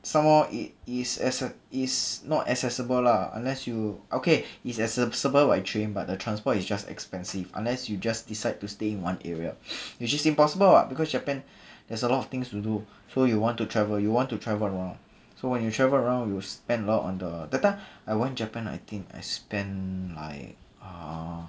some more it is as is not accessible lah unless you okay is accessible by train but the transport is just expensive unless you just decide to stay in one area which is impossible [what] because japan there's a lot of things to do so you want to travel you want to travel around so when you travel around you spend a lot on the that time I went japan I think I spend like uh